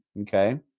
Okay